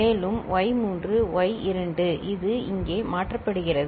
மேலும் y3 y2 இது வரும் இங்கே மாற்றப்படுகிறது